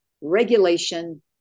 regulation